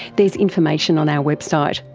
there's information on our website.